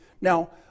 Now